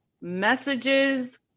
messages